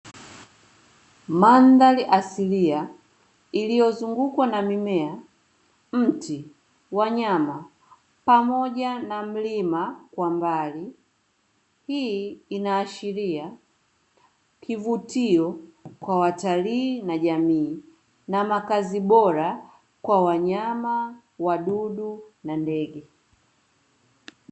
Mandhari asilia iliyozungukwa na mimea, mti, wanyama pamoja na mlima kwa mbali, hii inaashiria kivutio kwa watalii na jamii na makazi bora kwa wanyama, wadudu na ndege.